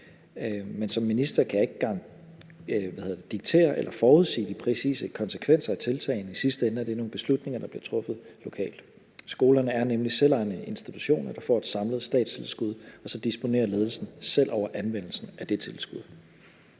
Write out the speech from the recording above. men som minister kan jeg ikke diktere eller forudsige de præcise konsekvenser af tiltagene; i sidste ende er det nogle beslutninger, der bliver truffet lokalt. Skolerne er nemlig selvejende institutioner, der får et samlet statstilskud, og så disponerer ledelsen selv over anvendelsen af det tilskud.